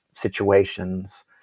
situations